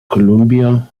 columbia